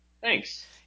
Thanks